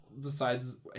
decides